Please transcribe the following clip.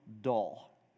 dull